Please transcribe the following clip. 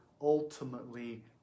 ultimately